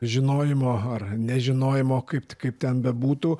žinojimo ar nežinojimo kaip ti kaip ten bebūtų